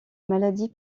maladie